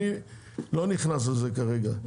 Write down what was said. אני לא נכנס לזה כרגע.